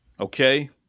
okay